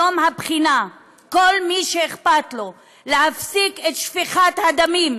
היום הבחינה: כל מי שאכפת לו להפסיק את שפיכת הדמים,